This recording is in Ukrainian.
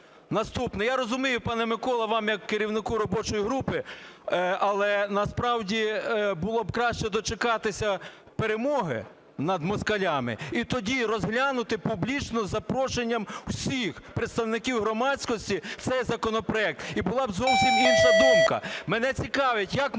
Наступне. Я розумію, пане Микола, вас як керівника робочої групи, але насправді було б краще дочекатися перемоги над москалями і тоді розглянути публічно із запрошенням всіх представників громадськості цей законопроект, і була б зовсім інша думка. Мене цікавить, як можна